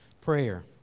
prayer